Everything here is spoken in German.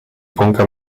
bunker